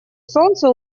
солнца